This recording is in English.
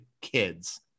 kids